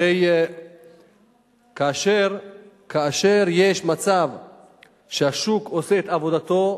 הרי כאשר יש מצב שהשוק עושה את עבודתו,